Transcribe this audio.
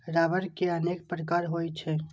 रबड़ के अनेक प्रकार होइ छै